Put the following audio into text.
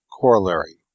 Corollary